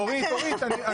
מי בעד הערעור, שירים את ידו?